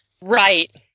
Right